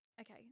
Okay